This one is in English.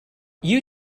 you